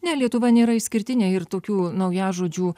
ne lietuva nėra išskirtinė ir tokių naujažodžių